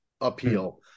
appeal